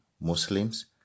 Muslims